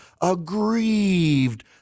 aggrieved